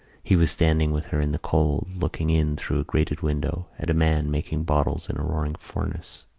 he was standing with her in the cold, looking in through a grated window at a man making bottles in a roaring furnace.